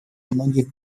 многих